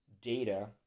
data